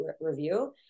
review